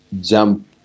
jump